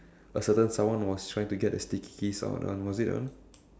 a certain someone was trying to get the stickies out of that one was it that one